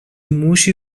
موشی